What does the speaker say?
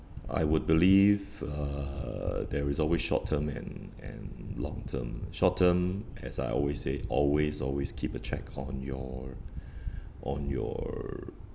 I would believe uh there is always short term and and long term short term as I always say always always keep a check on your on your